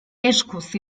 eskuz